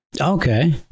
Okay